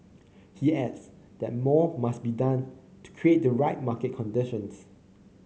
he adds that more must be done to create the right market conditions